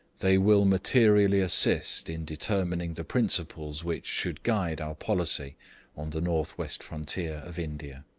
they will materially assist in determining the principles which, should guide our policy on the north-west frontier of india.